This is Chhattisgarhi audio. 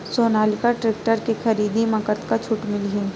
सोनालिका टेक्टर के खरीदी मा कतका छूट मीलही?